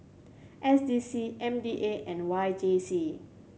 S D C M D A and Y J C